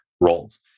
roles